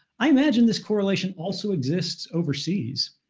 i imagine this correlation also exists overseas.